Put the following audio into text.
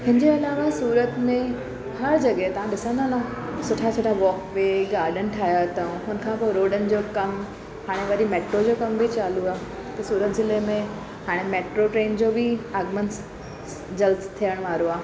हिनजे अलावा सूरत में हर जॻह तव्हां ॾिसंदा न सुठा सुठा वॉक वे गाडन ठाहियां अथऊं हुनखां पो रोडनि जो कमु हाणे वरी मेट्रो जो कम बि चालू आहे त सूरत ज़िले में हाणे मेट्रो ट्रेन जो बि आगमन जल्दु थियण वारो आहे